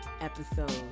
episode